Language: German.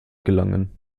gelangen